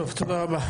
תודה רבה.